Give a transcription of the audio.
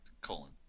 colon